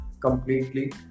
completely